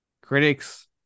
critics